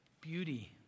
beauty